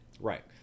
Right